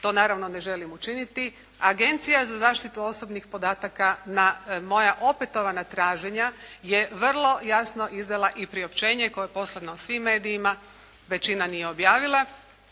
To naravno ne želim udijeliti. Agencija za zaštitu osobnih podataka na moja opetovana traženja je vrlo jasno izdala i priopćenje koje je poslano svim medijima, većina nije objavila.